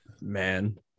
Man